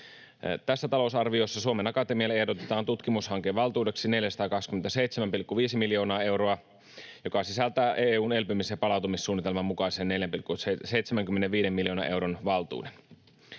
Tässä talousarviossa Suomen Akatemialle ehdotetaan tutkimushankevaltuudeksi 427,5 miljoonaa euroa, joka sisältää EU:n elpymis- ja palautumissuunnitelman mukaisen 4,75 miljoonan euron valtuuden.